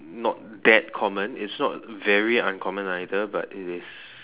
not that common it's not very uncommon either but it is